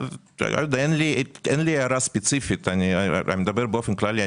אין לי הערה ספציפית, אני מדבר באופן כללי.